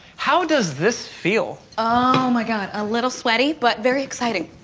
how does this feel? oh my god, a little sweaty but very exciting.